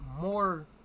more